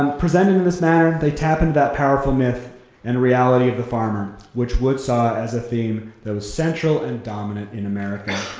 um presented in this manner, they tap into and that powerful myth and reality of the farmer, which wood saw as a theme that was central and dominant in america.